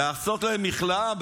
לעשות להם מכלאה,